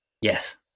Yes